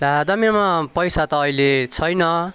ला दादा मेरामा पैसा त अहिले छैन